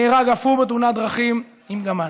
נהרג אף הוא בתאונת דרכים עם גמל,